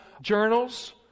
journals